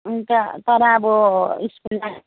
अन्त तर अब स्कुलमा